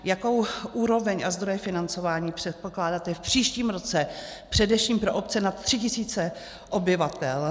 Jakou úroveň a zdroje financování předpokládáte v příštím roce především pro obce nad 3 tisíci obyvatel?